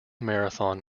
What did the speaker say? marathon